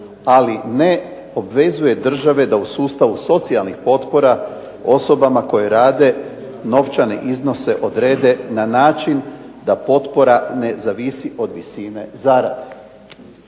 ali ne obvezuje države da u sustavu socijalnih potpora osobama koje rade novčane iznose odrede na način da potpora ne zavisi od visine zarade.